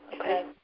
Okay